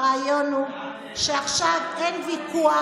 הרעיון הוא שעכשיו אין ויכוח,